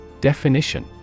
Definition